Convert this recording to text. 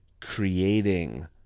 creating